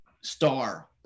star